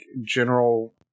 general